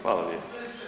Hvala lijepo.